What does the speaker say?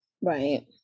Right